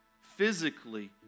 physically